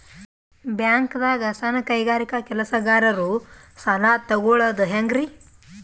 ಬ್ಯಾಂಕ್ದಾಗ ಸಣ್ಣ ಕೈಗಾರಿಕಾ ಕೆಲಸಗಾರರು ಸಾಲ ತಗೊಳದ್ ಹೇಂಗ್ರಿ?